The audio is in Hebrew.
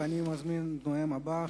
ואני מזמין את הנואם הבא,